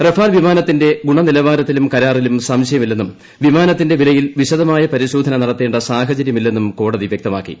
Rafale വിമാനത്തിന്റെ ഗുണനിലവാരത്തിലും കരാറിലും സംശയമില്ലെന്നും വിമാനത്തിന്റെ വിലയിൽ വിശദമായ പരിശോധന നടത്തേണ്ട സാഹചരൃമില്ലെന്നും കോടതി വ്യക്തമാക്കി